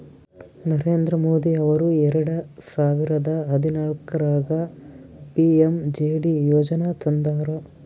ನರೇಂದ್ರ ಮೋದಿ ಅವರು ಎರೆಡ ಸಾವಿರದ ಹದನಾಲ್ಕರಾಗ ಪಿ.ಎಮ್.ಜೆ.ಡಿ ಯೋಜನಾ ತಂದಾರ